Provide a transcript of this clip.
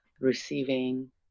receiving